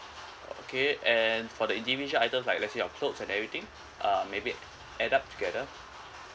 okay and for the individual item like let's say your clothes and everything uh maybe add up together